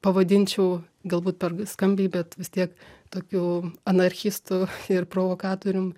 pavadinčiau galbūt per skambiai bet vis tiek tokiu anarchistu ir provokatorium